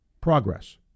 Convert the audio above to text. progress